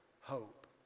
hope